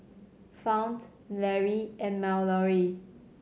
Fount Lary and Mallory